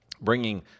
bringing